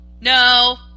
No